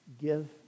give